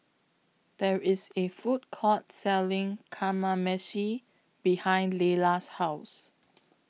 There IS A Food Court Selling Kamameshi behind Laylah's House